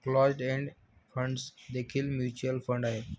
closed end funds देखील mutual fund आहेत